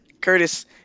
Curtis –